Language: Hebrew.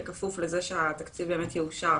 בכפוף לזה שהתקציב יאושר,